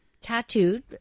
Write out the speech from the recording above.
tattooed